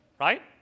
Right